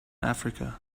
africa